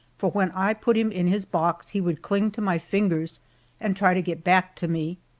for when i put him in his box he would cling to my fingers and try to get back to me.